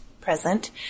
present